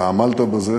אתה עמלת בזה,